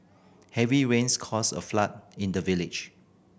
heavy rains caused a flood in the village